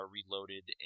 Reloaded